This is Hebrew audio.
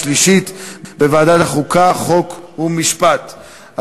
לוועדת החוקה, חוק ומשפט נתקבלה.